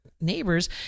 neighbors